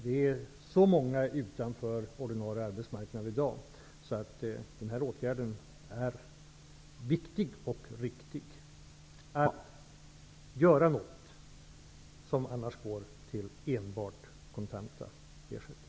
Det är många som står utanför den ordinarie arbetsmarknaden i dag. Den här åtgärden är viktig och riktig för att göra något för de pengar som annars enbart går till kontanta ersättningar.